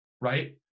right